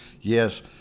Yes